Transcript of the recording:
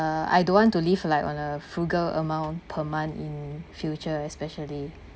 uh I don't want to live like on a frugal amount per month in future especially